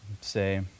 say